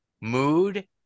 mood